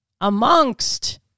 amongst